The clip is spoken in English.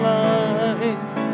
life